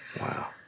Wow